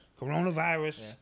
Coronavirus